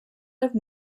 have